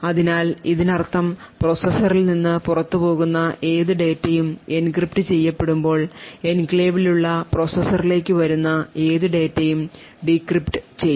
അതിനാൽ ഇതിനർത്ഥം പ്രോസസ്സറിൽ നിന്ന് പുറത്തുപോകുന്ന ഏത് ഡാറ്റയും എൻക്രിപ്റ്റ് ചെയ്യപ്പെടുമ്പോൾ എൻക്ലേവിലുള്ള പ്രോസസറിലേക്ക് വരുന്ന ഏത് ഡാറ്റയും ഡീക്രിപ്റ്റ് ചെയ്യും